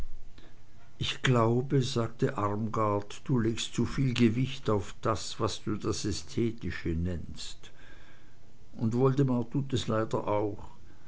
ich glaube sagte armgard du legst zuviel gewicht auf das was du das ästhetische nennst und woldemar tut es leider auch